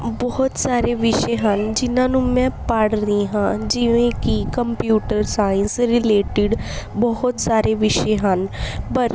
ਬਹੁਤ ਸਾਰੇ ਵਿਸ਼ੇ ਹਨ ਜਿਹਨਾਂ ਨੂੰ ਮੈਂ ਪੜ੍ਹ ਰਹੀ ਹਾਂ ਜਿਵੇਂ ਕਿ ਕੰਪਿਊਟਰ ਸਾਇੰਸ ਰਿਲੇਟਿਡ ਬਹੁਤ ਸਾਰੇ ਵਿਸ਼ੇ ਹਨ ਪਰ